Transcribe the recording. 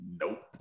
Nope